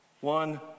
One